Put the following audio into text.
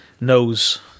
knows